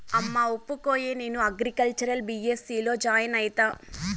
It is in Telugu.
అమ్మా ఒప్పుకోయే, నేను అగ్రికల్చర్ బీ.ఎస్.సీ లో జాయిన్ అయితా